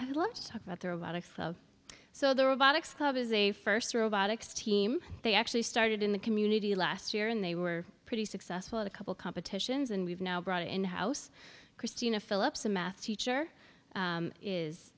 i'd love to talk about there are a lot of so the robotics club is a first robotics team they actually started in the community last year and they were pretty successful at a couple competitions and we've now brought in house christina phillips a math teacher